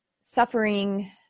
suffering